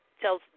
tell